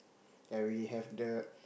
that we have the